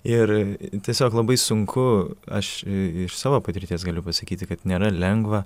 ir tiesiog labai sunku aš iš savo patirties galiu pasakyti kad nėra lengva